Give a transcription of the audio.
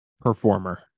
performer